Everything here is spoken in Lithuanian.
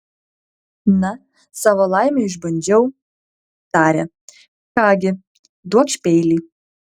na savo laimę išbandžiau tarė ką gi duokš peilį